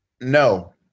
no